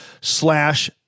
slash